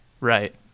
Right